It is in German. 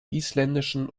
isländischen